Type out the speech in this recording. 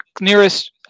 nearest